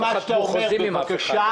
חבר'ה, אבל --- לא חתמו חוזים עם אף אחד.